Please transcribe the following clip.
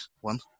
one